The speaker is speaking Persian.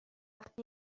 وقت